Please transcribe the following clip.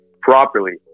properly